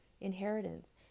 inheritance